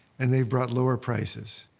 and they've brought lower prices.